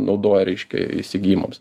naudoja reiškia įsigijimams